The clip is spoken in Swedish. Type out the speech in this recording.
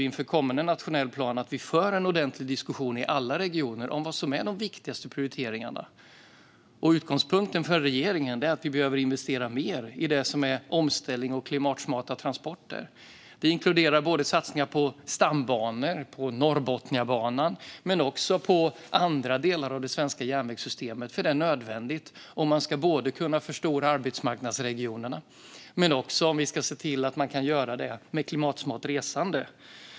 Inför kommande nationell plan vill jag att vi för en ordentlig diskussion i alla regioner om vad som är de viktigaste prioriteringarna. Utgångspunkten för regeringen är att vi behöver investera mer i det som är omställning och klimatsmarta transporter. Det inkluderar satsningar på stambanor och på Norrbotniabanan men också på andra delar av det svenska järnvägssystemet. Det är nödvändigt om man ska kunna förstora arbetsmarknadsregionerna och se till att det kan göras med klimatsmart resande.